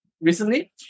recently